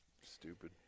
Stupid